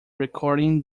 recording